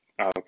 Okay